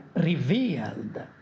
revealed